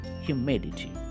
humidity